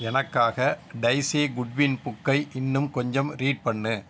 எனக்காக Daisy Goodwin புக்கை இன்னும் கொஞ்சம் ரீட் பண்ணு